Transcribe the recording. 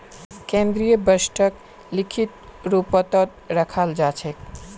केन्द्रीय बजटक लिखित रूपतत रखाल जा छेक